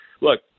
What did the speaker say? Look